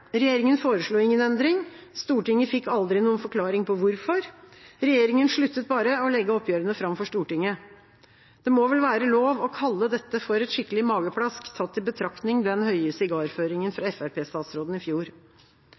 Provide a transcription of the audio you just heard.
Regjeringen foreslo ingen endring. Stortinget fikk aldri noen forklaring på hvorfor. Regjeringen sluttet bare å legge oppgjørene fram for Stortinget. Det må vel være lov å kalle dette for et skikkelig mageplask, tatt i betraktning den høye sigarføringen fra Fremskrittsparti-statsråden i fjor.